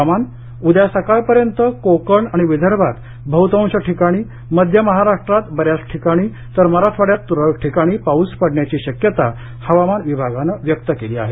हवामान उद्या सकाळपर्यंत कोकण आणि विदर्भात बहुतांश ठिकाणी मध्य महाराष्ट्रात बऱ्याच ठिकाणी तर मराठवाड्यात तुरळक ठिकाणी पाऊस पडण्याची शक्यता हवामान विभागानं व्यक्त केली आहे